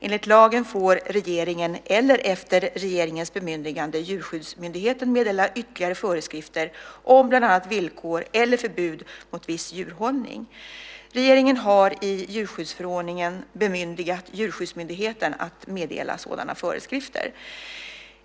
Enligt lagen får regeringen eller, efter regeringens bemyndigande, Djurskyddsmyndigheten meddela ytterligare föreskrifter om bland annat villkor eller förbud mot viss djurhållning. Regeringen har i djurskyddsförordningen bemyndigat Djurskyddsmyndigheten att meddela sådana föreskrifter.